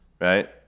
right